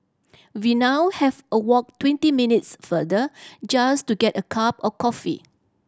we now have a walk twenty minutes farther just to get a cup of coffee